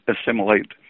assimilate